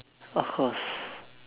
of course